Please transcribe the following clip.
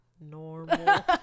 Normal